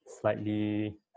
slightly